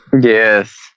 Yes